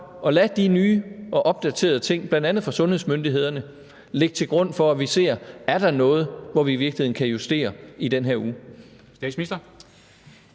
at lade de nye og opdaterede ting fra bl.a. sundhedsmyndighederne ligge til grund for, at vi ser på, om der er noget, vi i virkeligheden kan justere i den her uge?